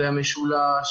המשולש,